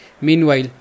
Meanwhile